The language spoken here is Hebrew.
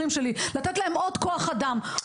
לתת להם עוד כוח אדם,